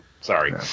sorry